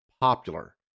popular